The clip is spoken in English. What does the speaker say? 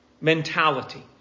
mentality